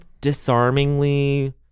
disarmingly